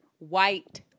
White